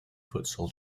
futsal